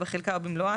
בחלקה או במלואה,